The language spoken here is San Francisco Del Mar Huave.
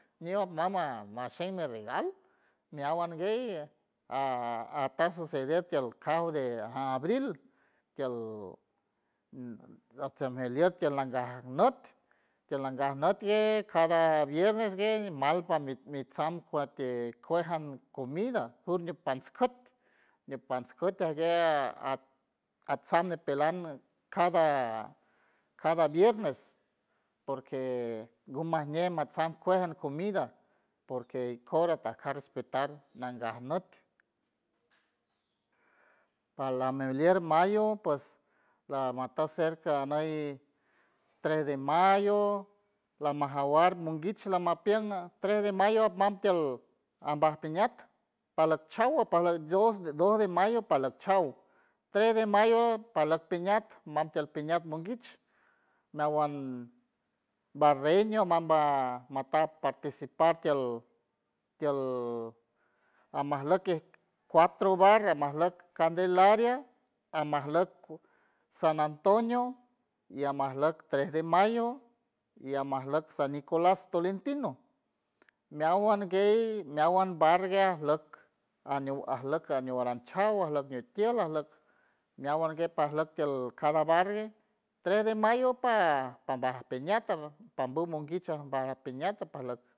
Ñew mam má mashen mi regal meawan guey a- ajta suceder tiel cabo de abril tiel chuck mijliet nangaj nüt tiel nangaj nüt gue cada viernes gue mal par mi- mitsam pajte kuej an comida purgue pants küt mi pants küt ajgue at- atsam ñipelan cada cada viernes porque gumajñe matsam kuej mi comida porque ikor ajta respetar nangaj nüt palam milier mayo pues lamataj cerca ney tres de mayo lamajawar monguich lamapien tres de mayo atmam tiel ambaj piñat palajchaw palaj dos- dos de mayo palajchaw tres de mayo palat piñat mam tiel piñat monguich meawan barreño mam va máta participar tiel tiel almajluck ejk cuatro barra almajluck candelaria almajluck san antonio y almajluck tres de mayo y almajluck san nicolas tolentino meawan guey meawan bargue ajluck aniw ajluck aniw aran chaw ajluck mitiel ajluck meawan guey pajluck tiel cada barr guej tres de mayo pa- pambaj piñata pajmum monguich ajba piñata